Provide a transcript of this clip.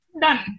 Done